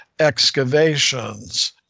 Excavations